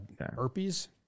herpes